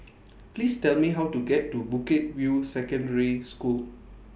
Please Tell Me How to get to Bukit View Secondary School